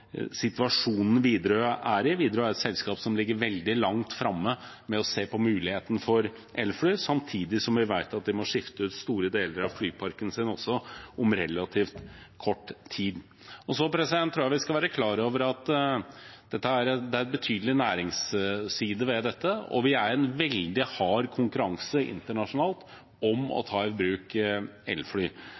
situasjonen Widerøe er i. Widerøe er et selskap som ligger veldig langt framme med å se på muligheten for elfly, samtidig som vi vet at de også må skifte ut store deler av flyparken sin om relativt kort tid. Jeg tror vi skal være klar over at det er en betydelig næringsside ved dette, og vi er i en veldig hard konkurranse internasjonalt om å ta i bruk elfly.